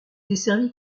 desservi